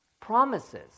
Promises